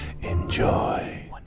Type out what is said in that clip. Enjoy